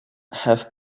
have